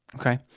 Okay